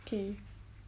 okay